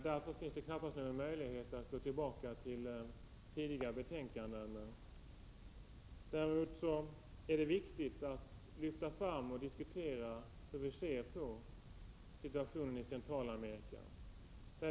Därför finns det knappast någon möjlighet att härvidlag gå tillbaka till tidigare betänkanden. Däremot är det viktigt att lyfta fram och diskutera situationen i Centralamerika.